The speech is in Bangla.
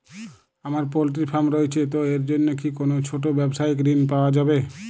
আমার পোল্ট্রি ফার্ম রয়েছে তো এর জন্য কি কোনো ছোটো ব্যাবসায়িক ঋণ পাওয়া যাবে?